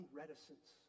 reticence